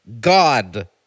God